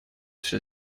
все